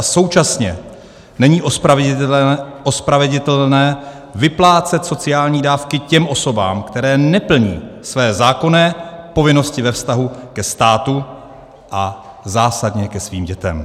Současně není ospravedlnitelné vyplácet sociální dávky těm osobám, které neplní své zákonné povinnosti ve vztahu ke státu a zásadně ke svým dětem.